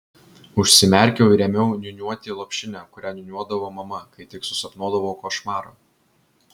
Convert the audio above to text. užsimerkiau ir ėmiau niūniuoti lopšinę kurią niūniuodavo mama kai tik susapnuodavau košmarą